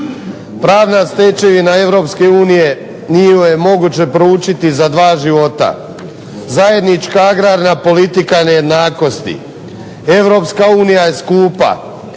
Pravna stečevina EU nije ju moguće proučiti za dva života. Zajednička agrarna politika nejednakosti. EU je skupa,